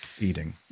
eating